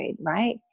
Right